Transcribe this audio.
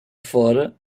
fora